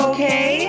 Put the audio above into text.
Okay